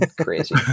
crazy